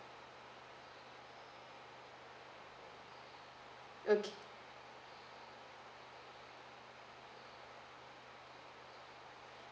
okay